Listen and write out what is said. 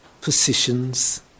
positions